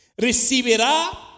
recibirá